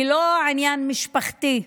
היא לא עניין משפחתי,